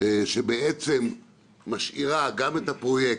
שבעצם משאירה גם את הפרויקט,